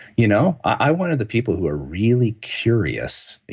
you know i wanted the people who are really curious.